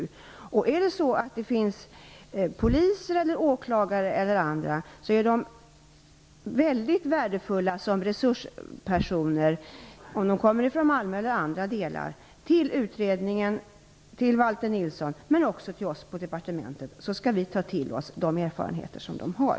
Poliser, åklagare och andra - från Malmö eller andra delar av landet - är mycket värdefulla som resurspersoner, och de kan komma till Valter Nilsson och hans utredning eller till oss på departementet, så skall vi ta till oss de erfarenheter som de har.